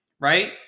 right